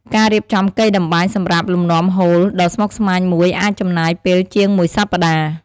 ការរៀបចំកីតម្បាញសម្រាប់លំនាំហូលដ៏ស្មុគស្មាញមួយអាចចំណាយពេលជាងមួយសប្តាហ៍។